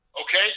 okay